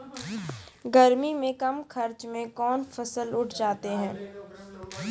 गर्मी मे कम खर्च मे कौन फसल उठ जाते हैं?